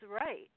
right